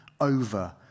over